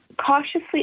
Cautiously